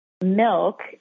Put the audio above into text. milk